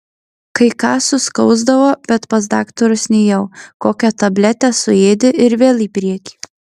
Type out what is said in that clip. kai ką suskausdavo bet pas daktarus nėjau kokią tabletę suėdi ir vėl į priekį